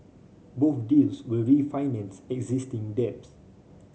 both deals will refinance existing debts